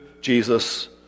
Jesus